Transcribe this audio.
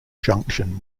junction